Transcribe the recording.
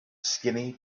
skinny